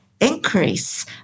increase